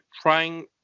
trying